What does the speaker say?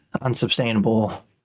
unsustainable